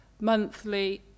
monthly